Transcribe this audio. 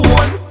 one